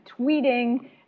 tweeting